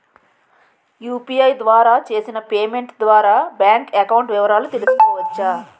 UPI ద్వారా చేసిన payment ద్వారా బ్యాంక్ అకౌంట్ వివరాలు తెలుసుకోవచ్చ?